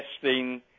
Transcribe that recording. testing